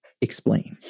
explain